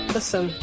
Listen